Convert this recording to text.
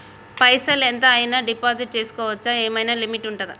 పైసల్ ఎంత అయినా డిపాజిట్ చేస్కోవచ్చా? ఏమైనా లిమిట్ ఉంటదా?